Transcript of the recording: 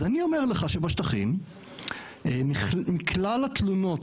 אז אני אומר לך שבשטחים כלל התלונות